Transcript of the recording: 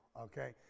Okay